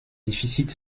déficits